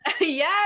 Yes